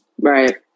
Right